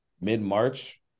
mid-march